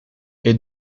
est